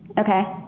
okay.